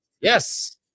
yes